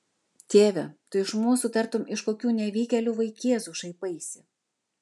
tėve tu iš mūsų tartum iš kokių nevykėlių vaikėzų šaipaisi